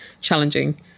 challenging